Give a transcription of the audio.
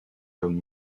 comme